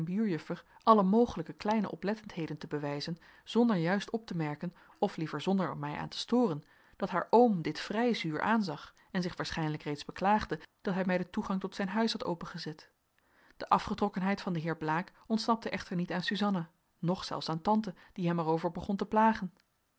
alle mogelijke kleine oplettendheden te bewijzen zonder juist op te merken of liever zonder er mij aan te storen dat haar oom dit vrij zuur aanzag en zich waarschijnlijk reeds beklaagde dat hij mij den toegang tot zijn huis had opengezet de afgetrokkenheid van den heer blaek ontsnapte echter niet aan suzanna noch zelfs aan tante die hem er over begon te plagen